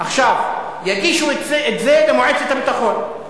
עכשיו, יגישו את זה למועצת הביטחון.